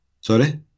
Sorry